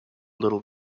little